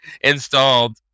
installed